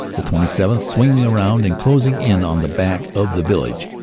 the twenty seventh. swinging round and closing in on the back of the village,